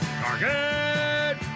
target